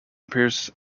appears